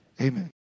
Amen